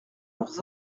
leurs